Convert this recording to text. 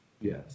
Yes